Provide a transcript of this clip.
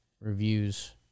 reviews